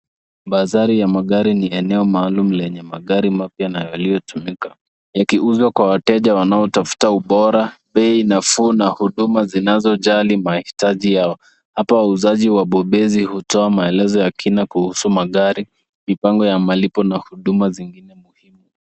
Bazari ya magari ni eneo maalum lenye magari mapya na yaliyotumika yakiuzwa kwa wateja wanaotafuta ubora, bei nafuu na huduma zinazojali mahitaji yao. Hapa wauzaji mabobezi hutoa maelezo ya kina kuhusu magari, mipango ya malipo na huduma zingine muhimu.